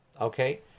Okay